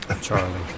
Charlie